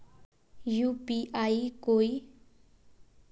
UPI कोई